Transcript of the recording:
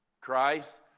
Christ